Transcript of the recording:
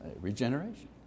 Regeneration